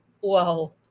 Whoa